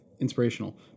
inspirational